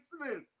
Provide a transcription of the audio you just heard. Smith